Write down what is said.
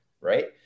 Right